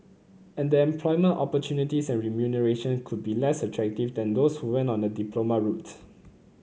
and the employment opportunities and remuneration could be less attractive than those who went on a diploma routes